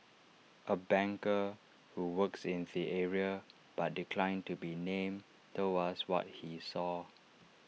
A banker who works in the area but declined to be named told us what he saw